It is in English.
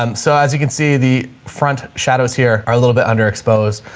um so as you can see, the front shadows here are a little bit underexposed.